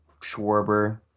Schwarber